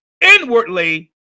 inwardly